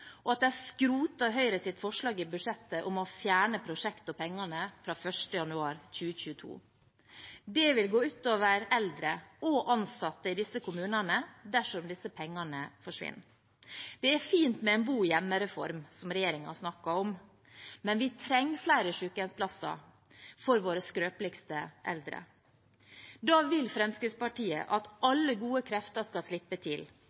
og at de skroter Høyres forslag i budsjettet om å fjerne prosjektet og pengene fra 1. januar 2022. Det vil gå ut over eldre og ansatte i disse kommunene dersom disse pengene forsvinner. Det er fint med en bo-hjemme-reform, som regjeringen snakker om, men vi trenger flere sykehjemsplasser for våre skrøpeligste eldre. Da vil Fremskrittspartiet at alle gode krefter skal slippe til